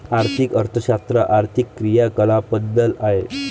आर्थिक अर्थशास्त्र आर्थिक क्रियाकलापांबद्दल आहे